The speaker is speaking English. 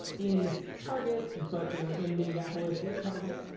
in target. but they were in minneapolis with target.